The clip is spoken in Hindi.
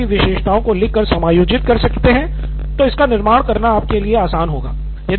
यदि आप सारी विशेषताओं को लिख कर समायोजित कर सकते है तो इसका निर्माण करना आपके लिए आसान होगा